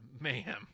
mayhem